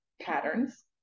patterns